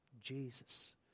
Jesus